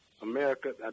America